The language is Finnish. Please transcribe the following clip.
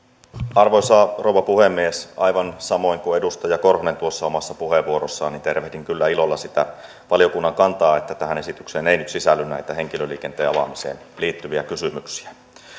arvoisa rouva puhemies aivan samoin kuin edustaja korhonen tuossa omassa puheenvuorossaan tervehdin kyllä ilolla sitä valiokunnan kantaa että tähän esitykseen ei nyt sisälly näitä henkilöliikenteen avaamiseen liittyviä kysymyksiä